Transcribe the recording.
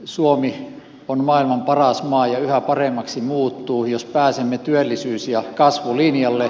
suomi on maailman paras maa ja yhä paremmaksi muuttuu jos pääsemme työllisyys ja kasvulinjalle